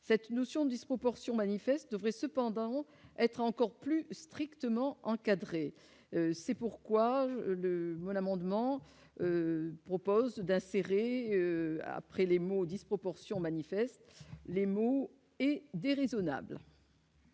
cette notion disproportion manifeste devrait cependant être encore plus strictement. Encadrés, c'est pourquoi le voile amendement propose d'insérer un après les mots disproportion manifeste, les mots et déraisonnable.